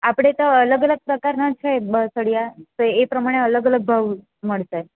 આપણે ત્યાં અલગ અલગ પ્રકારના છે બર્થડેયા છે તો એ પ્રમાણે અલગ અલગ ભાવ મળશે